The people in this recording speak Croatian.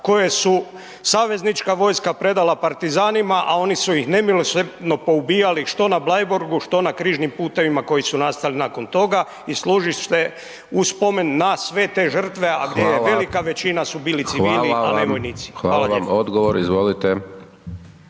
koje su saveznička vojska predala partizanima, a oni su iz nemilosrdno poubijali, što na Bleiburgu, što na križnim putevima koji su nastali nakon toga i služi se u spomen na sve te žrtve, a gdje je …/Upadica: Hvala./… velika većina su bili civili …/Upadica: Hvala vam./… a ne vojnici.